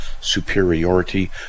Superiority